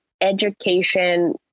education